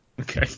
okay